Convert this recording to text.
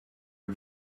you